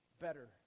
better